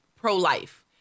pro-life